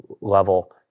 level